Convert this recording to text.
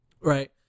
right